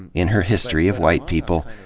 and in her history of white people,